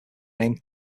name